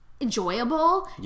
enjoyable